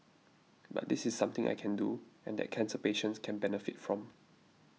but this is something I can do and that cancer patients can benefit from